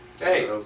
Hey